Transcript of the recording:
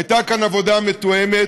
הייתה כאן עבודה מתואמת.